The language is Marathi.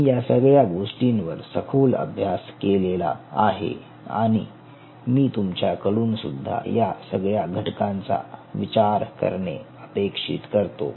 मी या सगळ्या गोष्टींवर सखोल अभ्यास केलेला आहे आणि मी तुमच्या कडून सुद्धा या सगळ्या घटकांचा विचार करणे अपेक्षित करतो